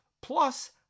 Plus